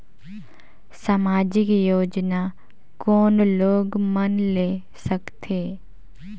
समाजिक योजना कोन लोग मन ले सकथे?